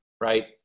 right